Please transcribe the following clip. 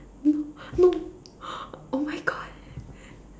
no no oh-my-God